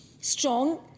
strong